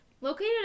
Located